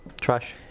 trash